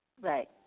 Right